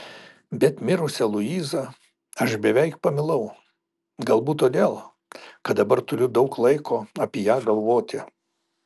bet mirusią luizą aš beveik pamilau galbūt todėl kad dabar turiu daug laiko apie ją galvoti